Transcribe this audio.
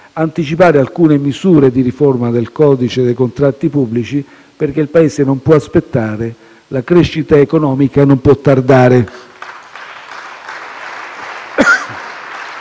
anticipare alcune misure di riforma del codice dei contratti pubblici, perché il Paese non può aspettare e la crescita economica non può tardare.